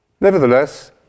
Nevertheless